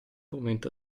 momento